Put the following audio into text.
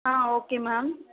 ah okay ma'am